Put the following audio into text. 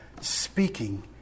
speaking